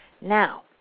Now